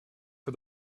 for